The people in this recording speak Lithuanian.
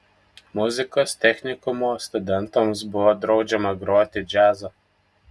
muzikos technikumo studentams buvo draudžiama groti džiazą